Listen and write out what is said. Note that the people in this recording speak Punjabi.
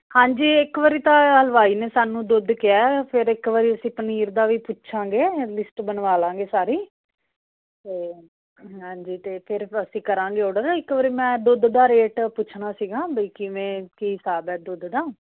ਹਾਂਜੀ ਇੱਕ ਵਰੀ ਤਾਂ ਹਲਵਾਈ ਨੇ ਸਾਨੂੰ ਦੁੱਧ ਕਿਹਾ ਐ ਫੇਰ ਇੱਕ ਵਰੀ ਅਸੀਂ ਪਨੀਰ ਦਾ ਵੀ ਪੁੱਛਾਂਗੇ ਲਿਸਟ ਬਨਵਾਲਾਂਗੇ ਸਾਰੀ ਤੇ ਹਾਂਜੀ ਤੇ ਫੇਰ ਅਸੀਂ ਕਰਾਂਗੇ ਓਡਰ ਇੱਕ ਵਰੀ ਮੈਂ ਦੁੱਧ ਦਾ ਰੇਟ ਪੁੱਛਣਾ ਸੀਗਾ ਵਈ ਕਿਵੇਂ ਕੀ ਸਾਬ ਐ ਦੁੱਧ ਦਾ